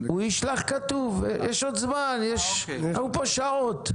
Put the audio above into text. הוא ישלח כתוב, יש עוד זמן, אנחנו פה שעות.